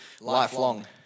lifelong